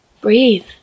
Breathe